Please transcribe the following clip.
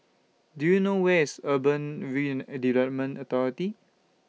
Do YOU know Where IS Urban Development Authority